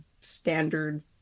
standard